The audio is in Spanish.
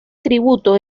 tributo